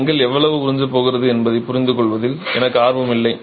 செங்கல் எவ்வளவு உறிஞ்சப் போகிறது என்பதைப் புரிந்துகொள்வதில் எனக்கு ஆர்வம் இல்லை